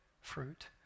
fruit